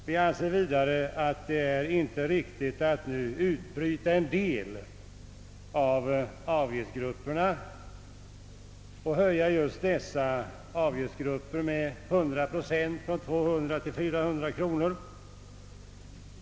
Vi anser vidare att det inte är riktigt att nu utbryta en del av avgiftsgrupperna och höja just dessa avgiftsgrupper med 100 procent, från 200 till 400 kronor.